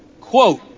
Quote